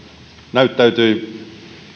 näyttäytyi